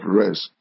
rest